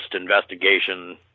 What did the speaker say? investigation